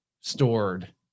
stored